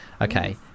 okay